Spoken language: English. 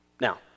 Now